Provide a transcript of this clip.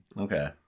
Okay